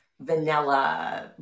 vanilla